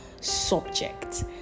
subject